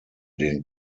den